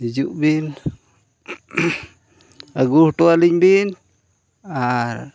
ᱦᱤᱡᱩᱜ ᱵᱤᱱ ᱟᱹᱜᱩ ᱦᱚᱴᱚ ᱟᱹᱞᱤᱧ ᱵᱤᱱ ᱟᱨ